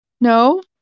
no